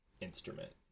instrument